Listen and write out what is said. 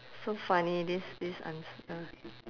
so funny this this answer